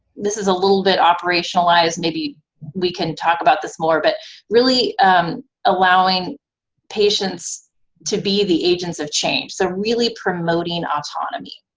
this is a little bit operationalized, maybe we can talk about this more, but really allowing patients to be the agents of change, so really promoting autonomy.